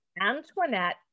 antoinette